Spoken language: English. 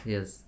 Yes